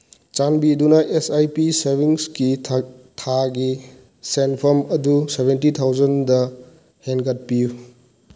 ꯆꯥꯟꯕꯤꯗꯨꯅ S I P ꯁꯦꯚꯤꯡꯁꯀꯤ ꯊꯥꯒꯤ ꯁꯦꯟꯐꯝ ꯑꯗꯨ ꯁꯚꯦꯟꯇꯤ ꯊꯥꯎꯖꯟꯗ ꯍꯦꯟꯒꯠꯄꯤꯌꯨ